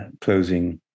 closing